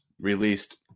released